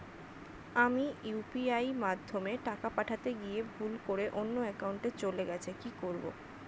আমি ইউ.পি.আই মাধ্যমে টাকা পাঠাতে গিয়ে ভুল করে অন্য একাউন্টে চলে গেছে কি করব?